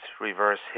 reverse